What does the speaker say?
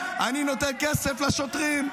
למחבלים, אני נותן כסף לשוטרים.